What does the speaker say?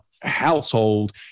Household